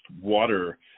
water